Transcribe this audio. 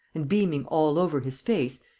and, beaming all over his face,